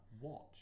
Watch